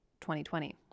2020